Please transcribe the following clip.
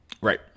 right